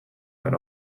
went